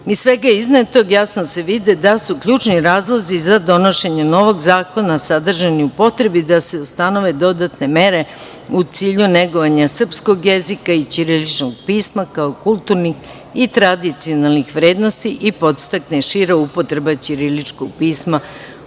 svega iznetog, jasno se vidi da su ključni razlozi za donošenje novog zakona sadržani u potrebi da se ustanove dodatne mere u cilju negovanja srpskog jezika i ćiriličnog pisma kao kulturnih i tradicionalnih vrednosti i podstakne šira upotreba ćiriličkog pisma